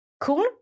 Cool